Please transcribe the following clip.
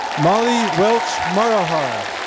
molly welch-marahar.